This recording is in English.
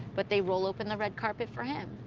but they roll open the red carpet for him.